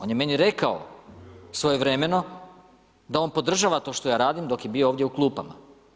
On je meni rekao svojevremeno da on podržava to što ja radim dok je bio ovdje u klupama.